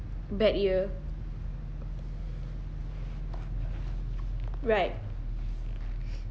bad year right